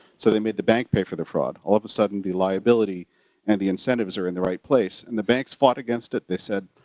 so they made the bank pay for the fraud. all of a sudden the liability and the incentives are in the right place. and the banks fought against it, they said,